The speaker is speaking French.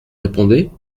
répondez